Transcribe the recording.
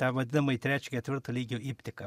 tą vadinamąjį trečio ketvirto lygio iptiką